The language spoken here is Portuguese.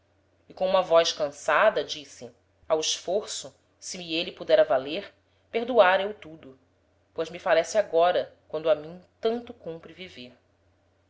e com uma voz cansada disse ao esforço se me êle pudera valer perdoára eu tudo pois me falece agora quando a mim tanto cumpre viver